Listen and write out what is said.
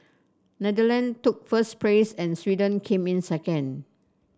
Netherlands took first place and Sweden came in second